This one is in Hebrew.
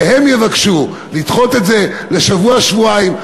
שהם יבקשו לדחות את זה בשבוע-שבועיים,